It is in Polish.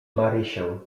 marysię